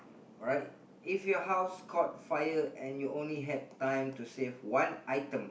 alright if your house caught fire and you only had time to save one item